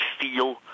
feel